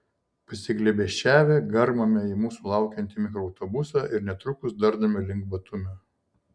pasiglėbesčiavę garmame į mūsų laukiantį mikroautobusą ir netrukus dardame link batumio